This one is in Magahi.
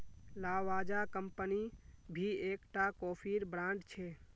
लावाजा कम्पनी भी एक टा कोफीर ब्रांड छे